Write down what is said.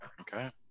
Okay